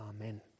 amen